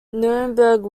nuremberg